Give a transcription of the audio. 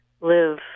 live